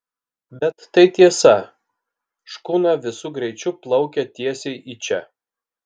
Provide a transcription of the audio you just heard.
bet tai tiesa škuna visu greičiu plaukia tiesiai į čia